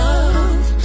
Love